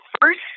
first